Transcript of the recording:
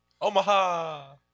Omaha